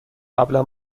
قبلا